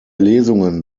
lesungen